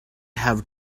have